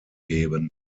geben